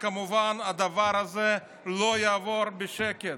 כמובן, הדבר הזה לא יעבור בשקט.